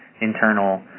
internal